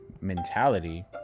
mentality